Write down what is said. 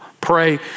Pray